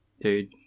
Dude